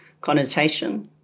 connotation